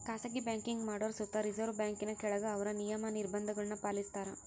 ಖಾಸಗಿ ಬ್ಯಾಂಕಿಂಗ್ ಮಾಡೋರು ಸುತ ರಿಸರ್ವ್ ಬ್ಯಾಂಕಿನ ಕೆಳಗ ಅವ್ರ ನಿಯಮ, ನಿರ್ಭಂಧಗುಳ್ನ ಪಾಲಿಸ್ತಾರ